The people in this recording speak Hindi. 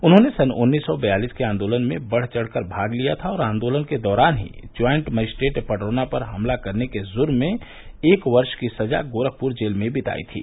उन्होंने सन् उन्नीस सौ बयालिस के आन्दोलन में बढ़ चढ़ कर भाग लिया था और आन्दोलन के दौरान ही ज्वाइंट मजिस्ट्रेट पडरौना पर हमला करने के जुर्म में एक वर्ष की सजा गोरखपुर जेल में बितायी थी